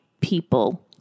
people